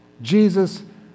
Jesus